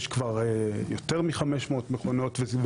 יש כבר יותר מ-500 מכונות.